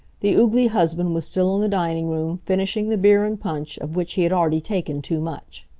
the oogly husband was still in the dining room, finishing the beer and punch, of which he had already taken too much.